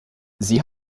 sie